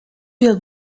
will